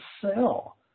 cell